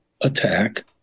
attack